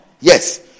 Yes